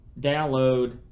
download